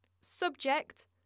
Subject